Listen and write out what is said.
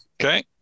okay